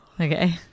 Okay